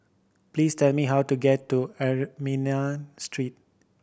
please tell me how to get to Armenian Street